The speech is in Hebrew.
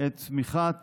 את תמיכת